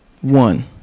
one